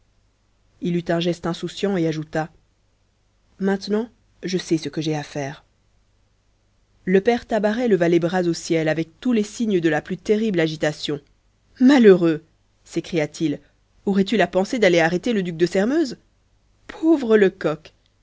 il eut un geste insouciant et ajouta maintenant je sais ce que j'ai à faire le père tabaret leva les bras au ciel avec tous les signes de la plus terrible agitation malheureux s'écria-t-il aurais-tu la pensée d'aller arrêter le duc de sairmeuse pauvre lecoq